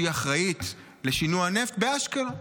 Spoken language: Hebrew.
שהיא אחראית לשינוע נפט באשקלון.